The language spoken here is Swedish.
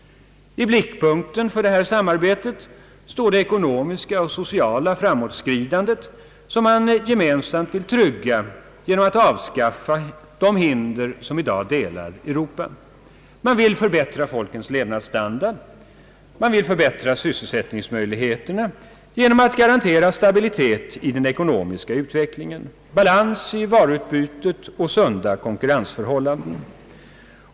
I blickpunkten för detta samarbete står det ekonomiska och sociala framåtskridandet, som man gemensamt vill trygga genom att avskaffa alla hinder som delar Europa. Man vill förbättra folkens levnadsstandard och sysselsättningsmöjligheter genom att garantera stabilitet i den ekonomiska utvecklingen, balans i varuutbytet och sunda konkurrensförhållanden.